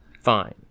fine